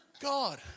God